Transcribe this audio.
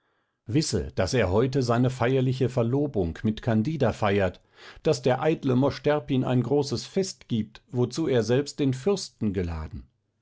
wisse daß er heute seine feierliche verlobung mit candida feiert daß der eitle mosch terpin ein großes fest gibt wozu er selbst den fürsten geladen